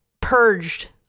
purged